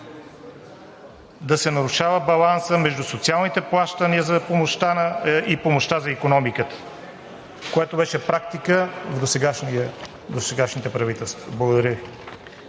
да се нарушава балансът между социалните плащания и помощта за икономиката, което беше практика в досегашните правителства. Благодаря